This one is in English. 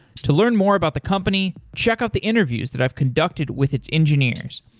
to learn more about the company, check out the interviews that i've conducted with its engineers.